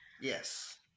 Yes